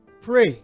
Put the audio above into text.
Pray